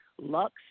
Lux